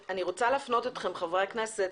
אני רוצה להפנות אתכם חברי הכנסת,